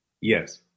Yes